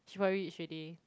she probably reach already